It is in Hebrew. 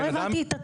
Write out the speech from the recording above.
לא הבנתי.